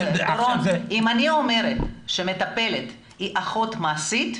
אם אני אומרת שמטפלת היא אחות מעשית,